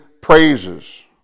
praises